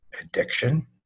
addiction